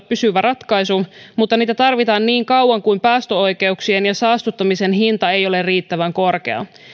pysyvä ratkaisu mutta niitä tarvitaan niin kauan kuin päästöoikeuksien ja saastuttamisen hinta ei ole riittävän korkea